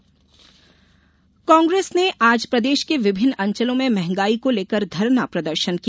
मंहगाई कांग्रेस ने आज प्रदेश के विभिन्न अंचलों में मंहगाई को लेकर धरना प्रदर्शन किया